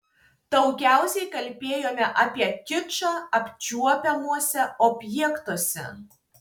daugiausiai kalbėjome apie kičą apčiuopiamuose objektuose